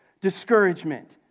Discouragement